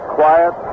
quiet